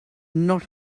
not